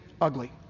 ugly